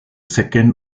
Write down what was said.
second